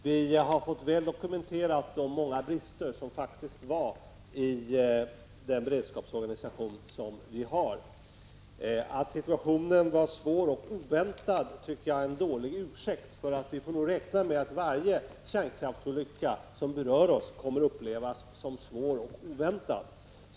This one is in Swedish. Vi har fått de många brister som vi faktiskt har i vår beredskapsorganisation väl dokumenterade. Att situationen var svår och oväntad tycker jag är en dålig ursäkt. Vi får räkna med att varje kärnkraftsolycka som berör oss kommer att upplevas som svår och oväntad.